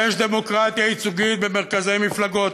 יש דמוקרטיה ייצוגית במרכזי מפלגות.